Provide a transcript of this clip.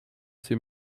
ses